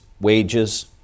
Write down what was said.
wages